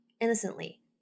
innocently